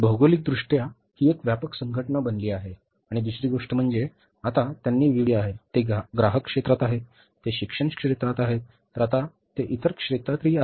भौगोलिकदृष्ट्या ही एक व्यापक संघटना बनली आहे आणि दुसरी गोष्ट म्हणजे आता त्यांनी विविधता आणली आहे ते ग्राहक क्षेत्रात आहेतते शिक्षण क्षेत्रात आहेत तर आता ते इतर क्षेत्रातही आहेत